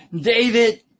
David